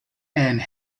and